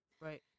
Right